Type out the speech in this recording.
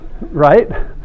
right